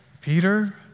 Peter